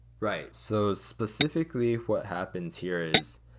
right. so specifically, what happens here is,